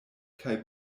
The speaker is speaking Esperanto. kaj